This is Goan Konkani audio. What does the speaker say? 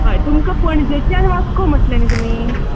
हय तुमकां पणजेंच्यान वास्को म्हटलें न्ही तुमी